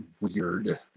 weird